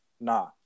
nah